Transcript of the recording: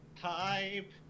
Type